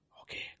Okay